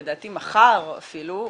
לדעתי מחר אפילו,